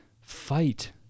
fight